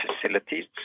facilities